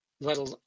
let